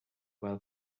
well